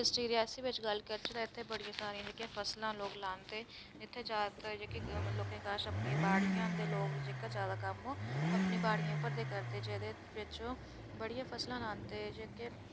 अगर डिस्टिक रियासी बिच गल्ल करचै तां इत्थै बड़ी सारी जेह्कियां फसलांं लोक लांदे न इत्थै जादातर मतलब बाड़ियां दे लोग जेह्का जादा कम्म अपने बाड़िये उप्पर करदे बड़ियां फसलां लांदे